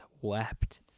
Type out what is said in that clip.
wept